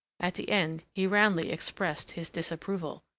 at the end he roundly expressed his disapproval.